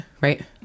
right